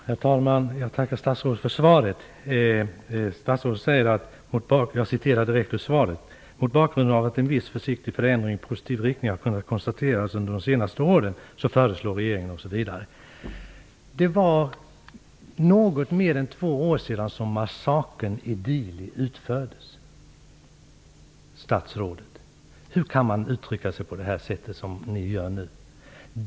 Herr talman! Jag tackar statsrådet för svaret. Statsrådet säger i svaret: ''Mot bakgrund av att en viss försiktig förändring i positiv riktning har kunnat konstateras under de senaste åren, föreslår regeringen'' osv. Det är något mer än två år sedan massakern i Dili utfördes, statsrådet. Hur kan man uttrycka sig på det sätt som statsrådet gör nu?